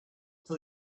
till